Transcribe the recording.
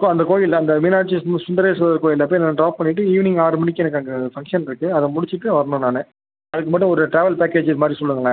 கோ அந்த கோவிலில் அந்த மீனாட்சி சு சுந்தரேஸ்வரர் கோவிலில் போய் என்னை ட்ராப் பண்ணிவிட்டு ஈவினிங் ஆறு மணிக்கு எனக்கு அங்கே ஃபங்ஷன் இருக்குது அதை முடிச்சுட்டு வரணும் நான் அதுக்கு மட்டும் ஒரு ட்ராவல் பேக்கேஜி மாதிரி சொல்லுங்களேன்